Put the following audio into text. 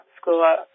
School